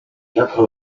quatre